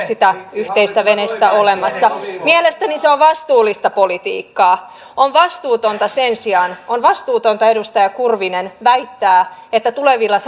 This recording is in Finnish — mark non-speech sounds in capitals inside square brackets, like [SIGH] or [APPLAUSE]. [UNINTELLIGIBLE] sitä yhteistä venettä olemassa mielestäni se on vastuullista politiikkaa sen sijaan on vastuutonta edustaja kurvinen väittää että tulevilla [UNINTELLIGIBLE]